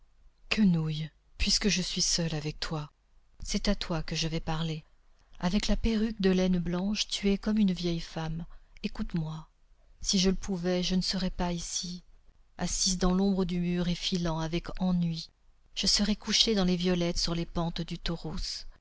quenouille puisque je suis seule avec toi c'est à toi que je vais parler avec la perruque de laine blanche tu es comme une vieille femme écoute-moi si je le pouvais je ne serais pas ici assise dans l'ombre du mur et filant avec ennui je serais couchée dans les violettes sur les pentes du tauros